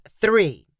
three